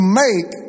make